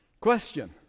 Question